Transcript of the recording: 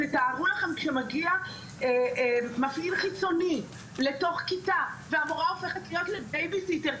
תארו לכם כשמגיע מפעיל חיצוני לתוך כיתה והמורה הופכת להיות לבייביסיטר,